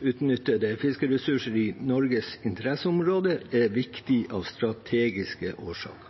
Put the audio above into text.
i Norges interesseområder er viktig av strategiske årsaker.